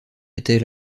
étaient